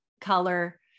color